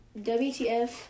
WTF